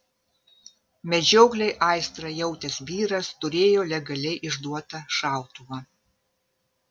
medžioklei aistrą jautęs vyras turėjo legaliai išduotą šautuvą